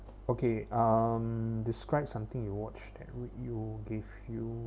okay um described something you watch that would you give you